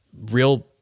real